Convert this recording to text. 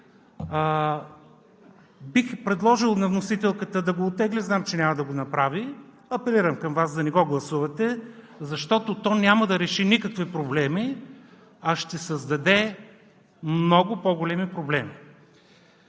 Бих предложил на вносителката да го оттегли – знам, че няма да го направи. Апелирам към Вас да не го гласувате, защото то няма да реши никакви проблеми, а ще създаде много по-големи проблеми.